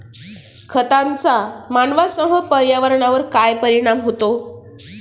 खतांचा मानवांसह पर्यावरणावर काय परिणाम होतो?